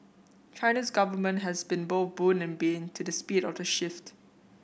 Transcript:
China's government has been both boon and bane to the speed of the shift